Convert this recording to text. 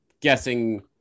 guessing